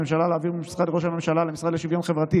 הממשלה להעביר ממשרד ראש הממשלה למשרד לשוויון חברתי